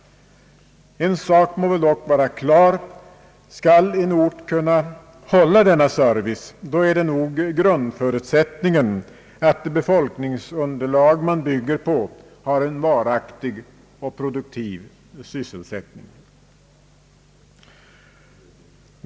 En sak må väl dock vara klar: skall en ort kunna hålla denna service, är nog grundförutsättningen att det befolkningsunderlag man bygger på har en varaktig och produktiv sysselsättning.